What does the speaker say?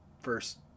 first